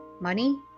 Money